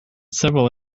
several